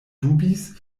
dubis